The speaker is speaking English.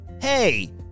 Hey